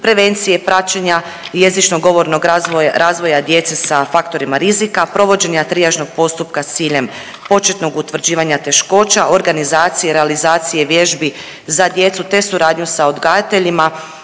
prevencije praćenja jezičnog govornog razvoja djece sa faktorima rizika, provođenja trijažnog postupka s ciljem početnog utvrđivanja teškoća, organizacije, realizacije, vježbi za djecu te suradnju sa odgajateljima,